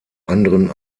anderen